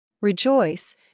Rejoice